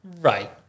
right